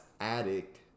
Addict